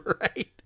right